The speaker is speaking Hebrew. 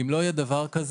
אם לא יהי דבר כזה,